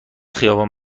خیابان